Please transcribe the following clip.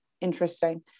interesting